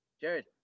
Jared